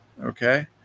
Okay